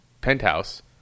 penthouse